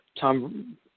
Tom